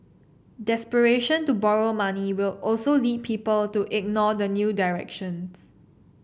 desperation to borrow money will also lead people to ignore the new directions